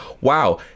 wow